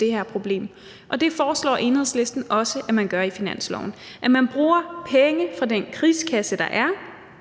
det her problem. Det foreslår Enhedslisten også at man gør i finansloven, altså at man bruger penge fra den krigskasse, der er,